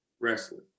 wrestling